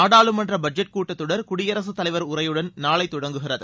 நாடாளுமன்ற பட்ஜெட் கூட்டத்தொடர் குடியரசுத்தலைவர் உரையுடன் நாளை தொடங்குகிறது